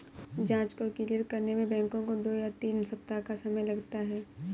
जाँच को क्लियर करने में बैंकों को दो या तीन सप्ताह का समय लगता है